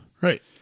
Right